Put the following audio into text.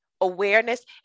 awareness